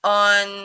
on